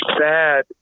sad